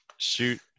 shoot